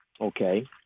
okay